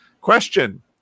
Question